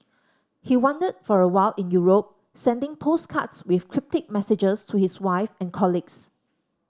he wandered for a while in Europe sending postcards with cryptic messages to his wife and colleagues